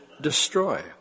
destroy